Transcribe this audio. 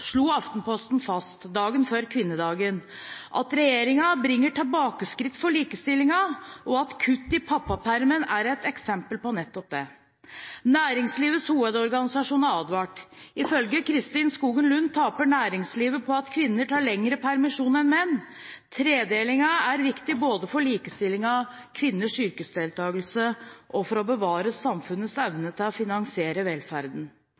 dagen før kvinnedagen slo Aftenposten fast at regjeringen bringer tilbakeskritt for likestillingen, og at kutt i pappapermen er et eksempel på nettopp det. Næringslivets Hovedorganisasjon har advart. Ifølge Kristin Skogen Lund taper næringslivet på at kvinner tar lengre permisjon enn menn. Tredelingen er viktig både for likestillingen, kvinners yrkesdeltakelse og for å bevare samfunnets evne til å finansiere velferden.